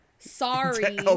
sorry